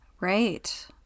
Right